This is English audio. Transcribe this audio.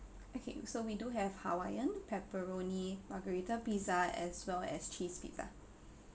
okay so we do have hawaiian pepperoni margarita pizza as well as cheese pizza